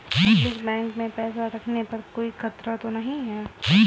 Public bank में पैसा रखने पर कोई खतरा तो नहीं है?